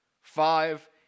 Five